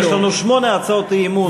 יש לנו שמונה הצעות אי-אמון.